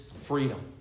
freedom